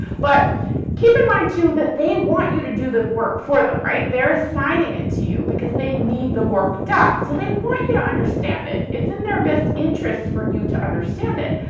but keep in mind too that they want you to do the work for them, right? they're assigning it to you because they need the work done. so they want you to understand it. it's in their best interest for you to understand it.